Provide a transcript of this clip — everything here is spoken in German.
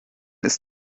ist